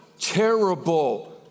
terrible